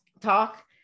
talk